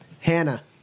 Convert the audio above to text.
Hannah